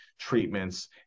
treatments